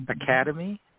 Academy